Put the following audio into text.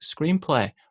Screenplay